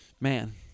Man